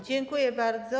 Dziękuję bardzo.